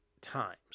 times